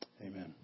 Amen